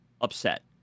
upset